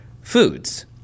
foods